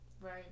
Right